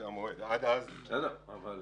עד אז --- בסדר, אבל